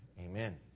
amen